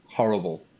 horrible